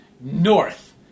north